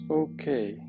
okay